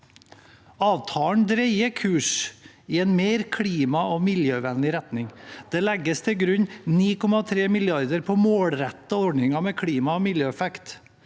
Avtalen dreier kursen i en mer klima- og miljøvennlig retning. Det legges til grunn 9,3 mrd. kr på målrettede ordninger med klima- og miljøeffekt.